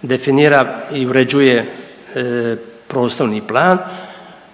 definira i uređuje prostorni plan